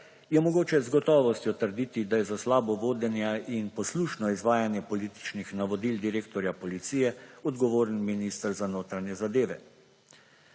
je mogoče z gotovostjo trditi, da je za slabo vodenje in poslušno izvajanje političnih navodil direktorja policije odgovoren minister za notranje zadeve.